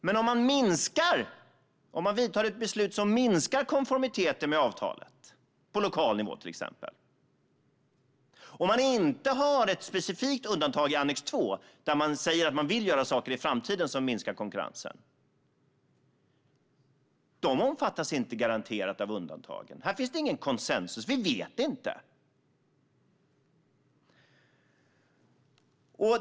Men man kan tänka sig att man fattar ett beslut som minskar konformiteten med avtalet, till exempel på lokal nivå, och inte har ett specifikt undantag i annex 2 där man säger att man vill göra saker i framtiden som minskar konkurrensen. Detta omfattas inte garanterat av undantagen. Här finns ingen konsensus. Vi vet inte.